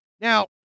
Now